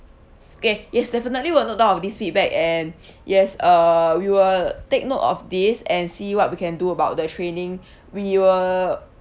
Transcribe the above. okay yes definitely will note down of this feedback and yes uh we will take note of this and see what we can do about the training we will